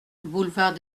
boulevard